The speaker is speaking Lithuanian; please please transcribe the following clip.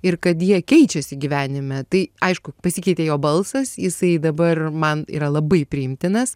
ir kad jie keičiasi gyvenime tai aišku pasikeitė jo balsas jisai dabar man yra labai priimtinas